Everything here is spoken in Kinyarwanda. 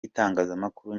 y’itangazamakuru